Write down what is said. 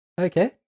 Okay